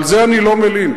על זה אני לא מלין.